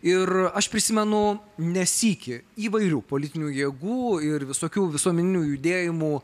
ir aš prisimenu ne sykį įvairių politinių jėgų ir visokių visuomeninių judėjimų